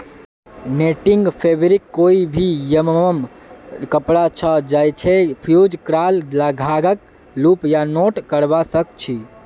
netting fabric कोई भी यममन कपड़ा छ जैइछा फ़्यूज़ क्राल धागाक लूप या नॉट करव सक छी